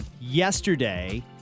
yesterday